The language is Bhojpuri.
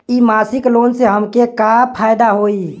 इ मासिक लोन से हमके का फायदा होई?